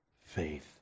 faith